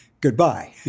goodbye